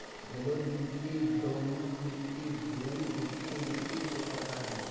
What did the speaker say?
जलोढ़ मिट्टी, दोमट मिट्टी, भूरी मिट्टी मिट्टी के प्रकार हय